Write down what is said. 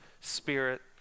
Spirit